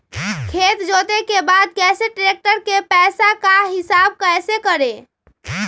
खेत जोते के बाद कैसे ट्रैक्टर के पैसा का हिसाब कैसे करें?